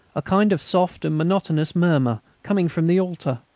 a kind of soft and monotonous murmur, coming from the altar.